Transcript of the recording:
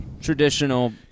traditional